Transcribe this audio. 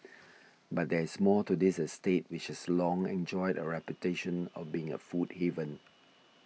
but there is more to this estate which has long enjoyed a reputation of being a food haven